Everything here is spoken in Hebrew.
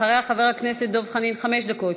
אחריה, חבר הכנסת דב חנין, חמש דקות.